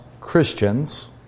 Christians